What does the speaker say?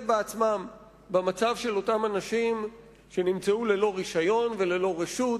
בעצמם במצב של אותם אנשים שנמצאו ללא רשיון וללא רשות